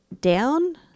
down